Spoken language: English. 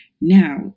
Now